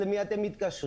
למי אתם מתקשרים?